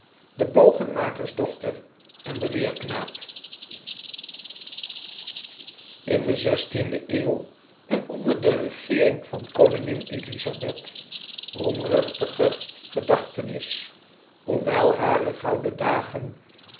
de bqgenmakers dochter en de leerknaap in de zestiende eeuw en onder de regeering van kwiingin elisabeth roemruchtiger gedachtenis hoewel hare gouden dagen